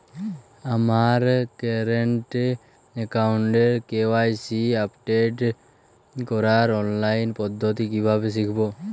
আমার কারেন্ট অ্যাকাউন্টের KYC update করার অনলাইন পদ্ধতি কীভাবে শিখব?